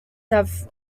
have